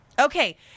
okay